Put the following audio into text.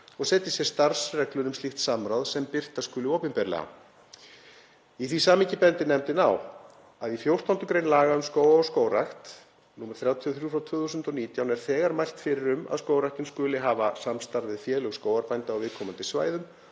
og setji sér starfsreglur um slíkt samráð sem birta skuli opinberlega. Í því samhengi bendir nefndin á að í 14. gr. laga um skóga og skógrækt, nr. 33/2019, er þegar mælt fyrir um að Skógræktin skuli hafa samstarf við félög skógarbænda á viðkomandi svæðum